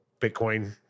Bitcoin